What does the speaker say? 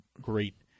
great